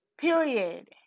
Period